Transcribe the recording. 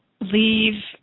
leave